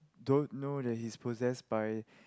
don't know that he's possessed by